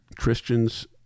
Christians